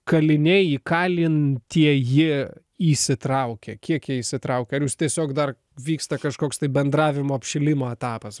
kaliniai įkalintieji įsitraukia kiek jie įsitraukia ar jūs tiesiog dar vyksta kažkoks tai bendravimo apšilimo etapas